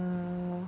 well